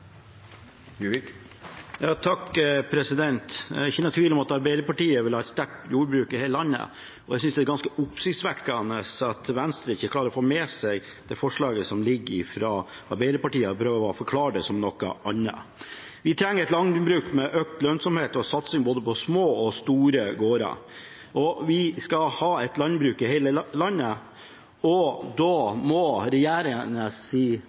ikke noen tvil om at Arbeiderpartiet vil ha et sterkt jordbruk i hele landet. Jeg synes det er ganske oppsiktsvekkende at Venstre ikke klarer å få med seg det forslaget som foreligger fra Arbeiderpartiet, og prøver å forklare det som noe annet. Vi trenger et landbruk med økt lønnsomhet og satsing på både små og store gårder. Vi skal ha et landbruk i hele landet. Da må regjeringens favorisering av de store brukene stoppes. For Nordland og